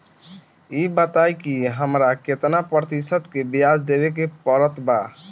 ई बताई की हमरा केतना प्रतिशत के ब्याज देवे के पड़त बा?